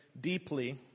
deeply